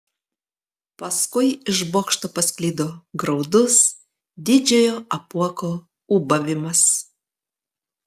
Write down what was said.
paskui iš bokšto pasklido graudus didžiojo apuoko ūbavimas